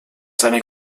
seine